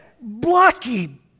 blocky